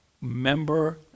Member